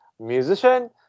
musician